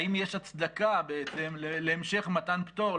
האם יש הצדקה בעצם להמשך מתן פטור,